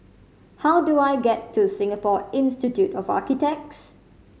how do I get to Singapore Institute of Architects